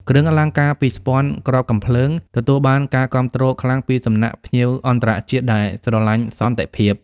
គ្រឿងអលង្ការពីស្ពាន់គ្រាប់កាំភ្លើង ទទួលបានការគាំទ្រខ្លាំងពីសំណាក់ភ្ញៀវអន្តរជាតិដែលស្រឡាញ់សន្តិភាព។